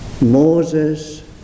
Moses